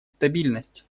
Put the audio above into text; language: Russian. стабильность